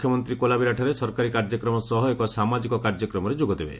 ମୁଖ୍ୟମନ୍ତୀ କୋଲାବିରାଠାରେ ସରକାରୀ କାର୍ଯ୍ୟକ୍ରମ ସହ ଏକ ସାମାଜିକ କାର୍ଯ୍ୟକ୍ରମରେ ଯୋଗଦେବେ